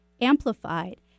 amplified